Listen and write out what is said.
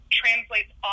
translates